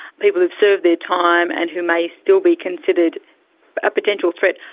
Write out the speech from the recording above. people who've served their time and who may still be considered a potential threat,